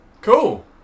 cool